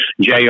JR